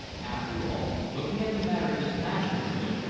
after all, looking at the matter dispassionately,